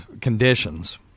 conditions